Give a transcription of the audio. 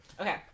okay